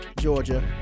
Georgia